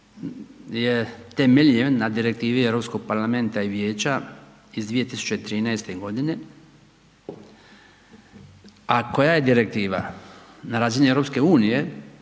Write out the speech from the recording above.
je temeljen na direktivi Europskog parlamenta i Vijeća iz 2013. godine, a koja je direktiva na razini Europske unije